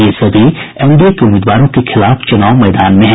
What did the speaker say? ये सभी एनडीए के उम्मीदवारों के खिलाफ चुनाव मैदान में हैं